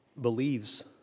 believes